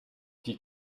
die